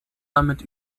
damit